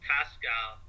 Pascal